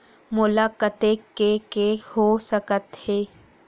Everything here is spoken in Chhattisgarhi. मोला कतेक के के हो सकत हे?